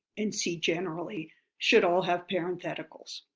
and see generally should all have parentheticals.